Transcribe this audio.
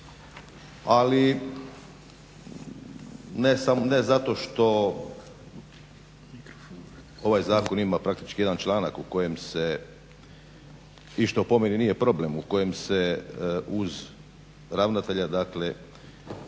ali ne zato što ovaj zakon ima praktički jedan članak kojim se i što po meni nije problem u kojem se uz ravnatelja dakle